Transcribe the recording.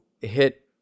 hit